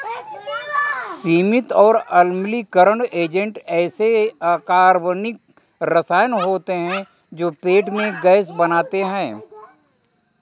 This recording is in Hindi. सीमित और अम्लीकरण एजेंट ऐसे अकार्बनिक रसायन होते हैं जो पेट में गैस बनाते हैं